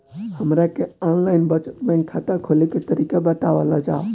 हमरा के online बचत बैंक खाता खोले के तरीका बतावल जाव?